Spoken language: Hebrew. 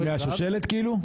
מהשושלת כאילו?